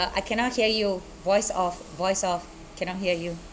uh I cannot hear you voice off voice off cannot hear you